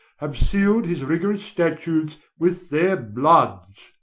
have seal'd his rigorous statutes with their bloods,